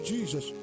Jesus